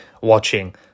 watching